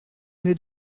n’est